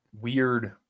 weird